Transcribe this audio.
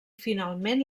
finalment